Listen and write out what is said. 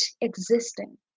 existing